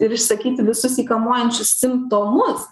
ir išsakyti visus jį kamuojančius simptomus